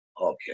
okay